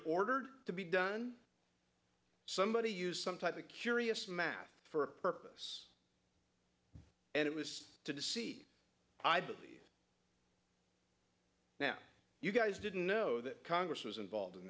forward to be done somebody used some type of curious math for a purpose and it was deceit i believe now you guys didn't know that congress was involved in